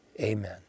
Amen